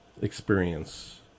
experience